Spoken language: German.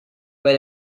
bei